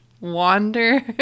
wander